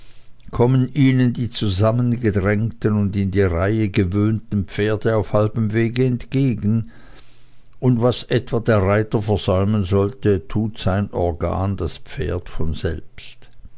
kommen ihnen die zusammengedrängten und in die reihe gewöhnten pferde auf halbem wege entgegen und was etwa der reiter versäumen sollte tut sein organ das pferd von selbst